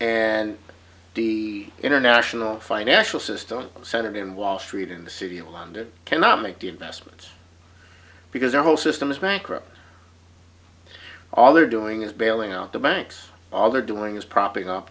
and the international financial system senate and wall street in the city of london cannot make the investments because their whole system is bankrupt all they're doing is bailing out the banks all they're doing is propping up